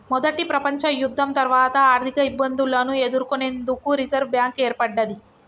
మొదటి ప్రపంచయుద్ధం తర్వాత ఆర్థికఇబ్బందులను ఎదుర్కొనేందుకు రిజర్వ్ బ్యాంక్ ఏర్పడ్డది